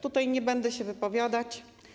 Tutaj nie będę się wypowiadać.